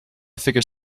figure